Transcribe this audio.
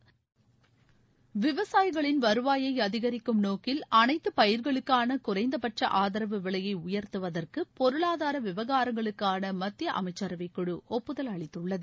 இனி விரிவான செய்திகள் விவசாயிகளின் வருவாயை அதிகரிக்கும் நோக்கில் அனைத்து பயிர்களுக்கான குறைந்தபட்ச ஆதரவு விலையை உயர்த்துவதற்கு பொருளாதார விவகாரங்களுக்கானமத்திய அமைச்சரவைக்குழு ஒப்புதல் அளித்துள்ளது